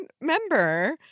member